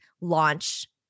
launch